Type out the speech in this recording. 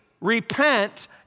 Repent